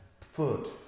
foot